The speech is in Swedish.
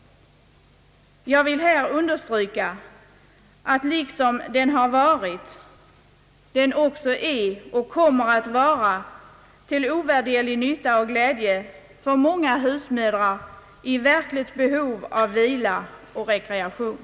Jag vill understryka att den varit, är och kommer att vara till ovärderlig nytta och glädje för många husmödrar i verkligt behov av vila och rekreation.